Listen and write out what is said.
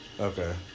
Okay